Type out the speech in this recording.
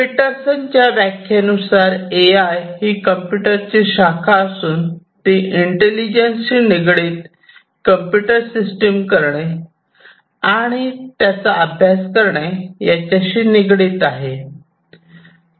पीटरसनच्या व्याख्येनुसार A I ही कम्प्युटरची शाखा असून ती इंटेलिजन्सशी निगडीत कंप्यूटर सिस्टम तयार करणे आणि त्याचा अभ्यास करणे याच्याशी निगडित आहे